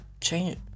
change